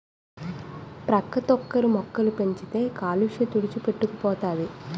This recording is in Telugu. ప్రతోక్కరు మొక్కలు పెంచితే కాలుష్య తుడిచిపెట్టుకు పోతది